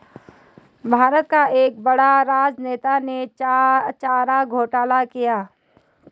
भारत का एक बड़ा राजनेता ने चारा घोटाला किया